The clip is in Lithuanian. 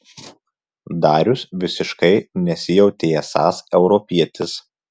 darius visiškai nesijautė esąs europietis